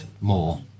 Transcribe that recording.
more